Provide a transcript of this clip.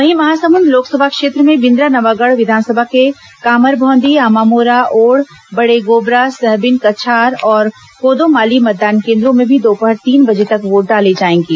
वहीं महासमुंद लोकसभा क्षेत्र में बिंद्रानवागढ़ विधानसभा के कामरभौंदी आमामोरा ओढ़ बड़ेगोबरा सहबीनकछार और कोदोमाली मतदान केन्द्रों में भी दोपहर तीन बजे तक वोट डाले जाएंगे